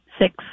six